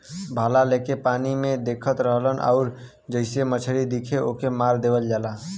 भाला लेके पानी में देखत रहलन आउर जइसे मछरी दिखे ओके मार देवल जाला